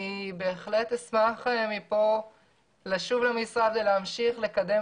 אני בהחלט אשמח לשוב למשרד ולהמשיך לקדם